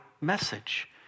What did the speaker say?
message